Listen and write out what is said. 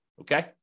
okay